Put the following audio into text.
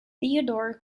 theodor